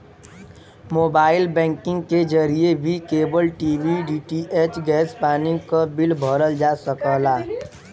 mobile banking के जरिए भी केबल टी.वी डी.टी.एच गैस पानी क बिल भरल जा सकला